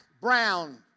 brown